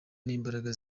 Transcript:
n’imbaraga